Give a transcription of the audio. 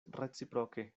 reciproke